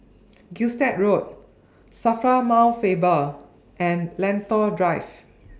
Gilstead Road SAFRA Mount Faber and Lentor Drive